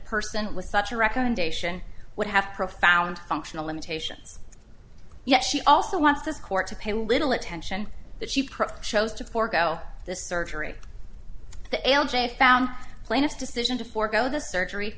person with such a recommendation would have profound functional limitations yet she also wants this court to pay little attention that she shows to forgo the surgery the l j found plaintiff's decision to forgo the surgery